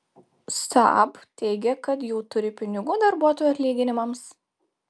saab teigia kad jau turi pinigų darbuotojų atlyginimams